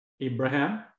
Abraham